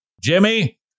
Jimmy